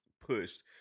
pushed